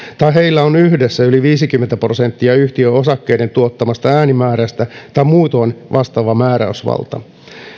tai heillä on yhdessä yli viisikymmentä prosenttia yhtiön osakkeiden tuottamasta äänimäärästä tai muutoin vastaava määräysvalta